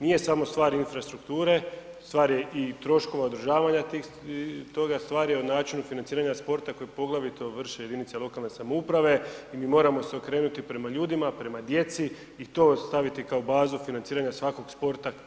Nije samo stvar infrastrukture, stvar i troškova održavanja toga, stvar je o načinu financiranja sporta koje poglavito vrše jedinice lokalne samouprave i mi moramo se okrenuti prema ljudima, prema djeci i to staviti kao bazu financiranja svakog sporta.